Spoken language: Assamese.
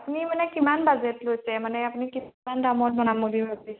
আপুনি মানে কিমান বাজেট লৈছে মানে আপুনি কিমান দামত বনাম বুলি ভাবিছোঁ